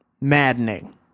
maddening